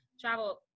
travel